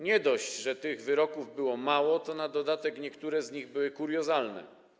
Nie dość, że tych wyroków było mało, to na dodatek niektóre z nich były kuriozalne.